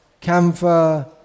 camphor